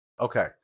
Okay